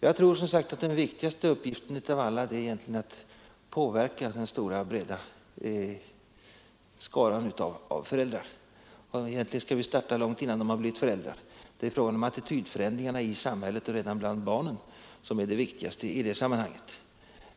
Jag tror som sagt att den viktigaste uppgiften i själva verket är att påverka den stora skaran av föräldrar. Egentligen skulle vi starta långt innan de har blivit föräldrar. Det är attitydförändringarna redan bland barnen som är det viktigaste i det sammanhanget.